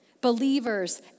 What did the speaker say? Believers